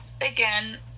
again